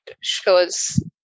shows